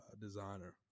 designer